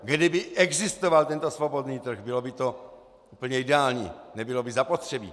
Kdyby existoval tento svobodný trh, bylo by to úplně ideální, nebylo by zapotřebí.